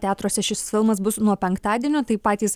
teatruose šis filmas bus nuo penktadienio tai patys